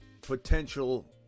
potential